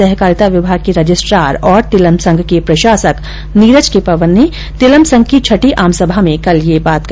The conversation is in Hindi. सहकारिता विभाग के रजिस्ट्रार और तिलम संघ के प्रशासक नीरज के पवन ने तिलम संघ की छठी आमसभा में कल यह बात कही